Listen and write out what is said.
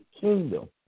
kingdom